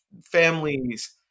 families